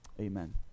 amen